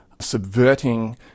subverting